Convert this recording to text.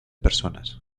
personas